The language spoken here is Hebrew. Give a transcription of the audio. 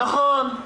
נכון,